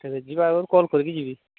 ତେବେ ଯିବା ଆଗରୁ କଲ କରିକି ଯିବି